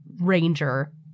Ranger